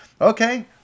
okay